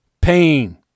pain